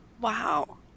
Wow